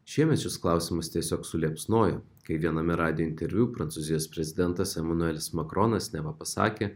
šiemet šis klausimas tiesiog suliepsnojo kai viename radijo interviu prancūzijos prezidentas emanuelis makronas neva pasakė